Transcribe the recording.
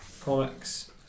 comics